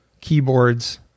keyboards